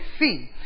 see